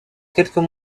quelques